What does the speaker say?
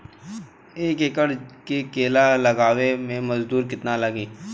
एक एकड़ में केला लगावे में मजदूरी कितना लागी?